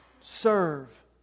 Serve